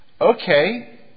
Okay